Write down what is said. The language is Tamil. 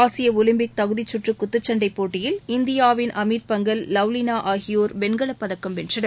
ஆசிய ஒலிம்பிக் தகுதிச்சுற்று குத்துச்சண்டை போட்டியில் இந்தியாவின் அமித் பங்கல் லவ்லினா ஆகியோர் வெண்கலப் பதக்கம் வென்றனர்